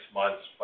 months